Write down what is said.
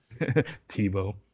Tebow